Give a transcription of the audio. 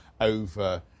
over